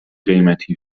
قیمتی